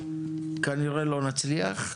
כנראה לא נצליח.